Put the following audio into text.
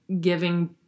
giving